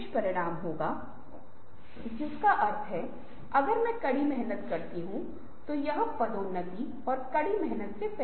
software से लेकर IBM तक सामान्य मोटरों तक और मारुति उद्योग में हर संगठन मे आपको लगता है कि कुछ लोग ऐसे हैं जो इनोवेटर्स हैं